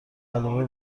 علاوه